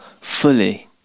fully